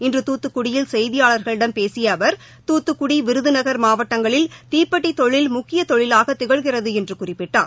இன்று தூத்துக்குடியில் செய்தியாளர்களிடம் பேசிய அவர் தூத்துக்குடி விருதுநகர் மாவட்டிடங்களில் தீப்பெட்டித் தொழில் முக்கிய தொழிவாக திகழ்கிறது என்று குறிப்பிட்டார்